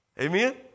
Amen